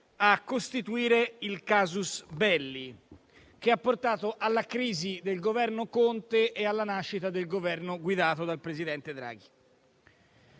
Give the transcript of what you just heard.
a costituire il *casus belli* che ha portato alla crisi del Governo Conte e alla nascita del Governo guidato dal presidente Draghi.